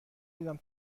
دیدم